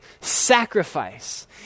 sacrifice